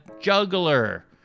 juggler